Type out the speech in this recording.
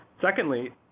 Secondly